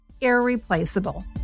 irreplaceable